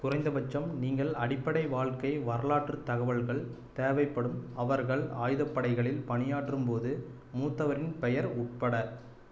குறைந்தபட்சம் நீங்கள் அடிப்படை வாழ்க்கை வரலாற்றுத் தகவல்கள் தேவைப்படும் அவர்கள் ஆயுதப்படைகளில் பணியாற்றும் போது மூத்தவரின் பெயர் உட்பட